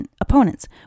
opponents